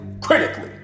critically